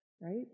right